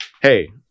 hey